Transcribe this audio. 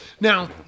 Now